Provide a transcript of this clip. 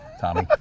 Tommy